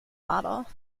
model